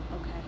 okay